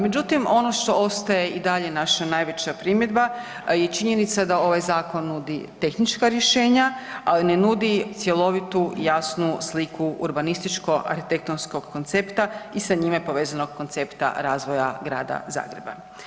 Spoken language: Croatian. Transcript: Međutim ono što ostaje i dalje naša najveća primjedba je činjenica da ovaj zakon nudi tehnička rješenja ali ne nudi cjelovitu i jasnu sliku urbanističko-arhitektonskog koncepta i sa njime povezanog koncepta razvoja grada Zagreba.